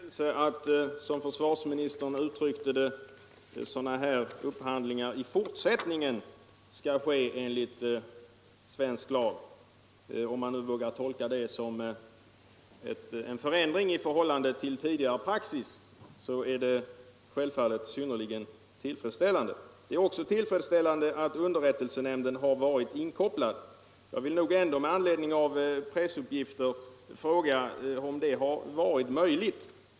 Herr talman! Jag noterar med tillfredsställelse att, som försvarsministern uttryckte det, ”affärer av det slaget i fortsättningen” skall ”ske i enlighet med svensk lag”. Om man vågar tolka det som en förändring i förhållandet till tidigare praxis är det självfallet synnerligen tillfredsställande. Det är också tillfredsställande att underrävtelsenämnden har varit inkopplad på fallet. Jag vill emellerud med anledning av pressupppifter ändå fråga, om detta har varit möjligt.